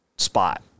Spot